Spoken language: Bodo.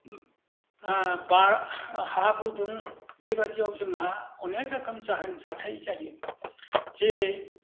हा गुदुं बेबादिआव जोंहा अनेख रोखोम जाहोन जाथाय जायो जेरै